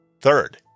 Third